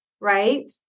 right